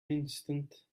instant